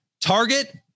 Target